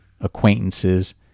acquaintances